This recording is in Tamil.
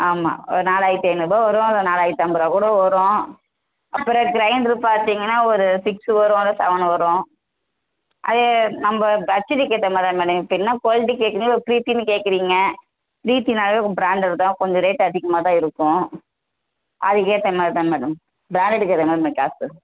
ஆமாம் ஒரு நாலாயிரத்தி ஐநூறுபாய் வரும் அது நாலாயிரத்தைம்பதா கூட வரும் அப்புறம் கிரைண்ட்ரு பார்த்திங்கன்னா ஒரு சிக்ஸு வரும் இல்லை செவன் வரும் அதே நம்ம பட்ஜெட்டுக்கேத்த மாதிரி தான் மேடம் இப்போ என்ன குவாலிட்டி கேட்குறீங்களோ பிரீத்தினு கேட்குறீங்க பிரீத்தினாவே பிராண்டட் தான் கொஞ்சம் ரேட் அதிகமாக தான் இருக்கும் அதுக்கேற்ற மாதிரி தான் மேடம் பிராண்டடுக்கேத்த மேடம் காசு